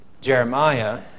Jeremiah